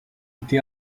été